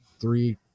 three